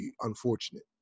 unfortunate